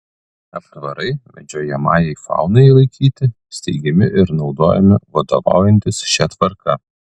aptvarai medžiojamajai faunai laikyti steigiami ir naudojami vadovaujantis šia tvarka